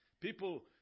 People